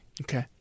Okay